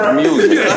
music